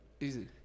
easy